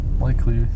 likely